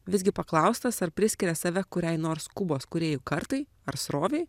visgi paklaustas ar priskiria save kuriai nors kubos kūrėjų kartai ar srovei